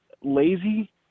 lazy